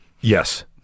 yes